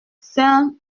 saint